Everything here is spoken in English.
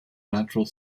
natural